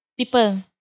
People